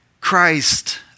Christ